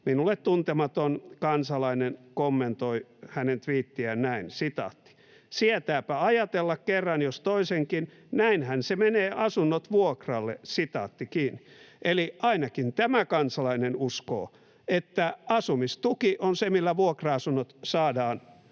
minulle tuntematon kansalainen kommentoi hänen tviittiään näin: ”Sietääpä ajatella kerran jos toisenkin. Näinhän se menee asunnot vuokralle.” Eli ainakin tämä kansalainen uskoo, että asumistuki on se, millä vuokra-asunnot saadaan